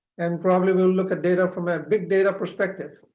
and probably we'll look at data from a big data perspective.